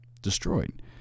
destroyed